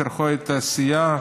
צורכי התעשייה,